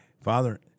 Father